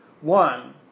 One